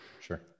Sure